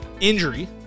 injury